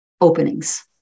openings